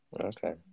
Okay